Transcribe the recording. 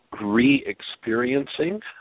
re-experiencing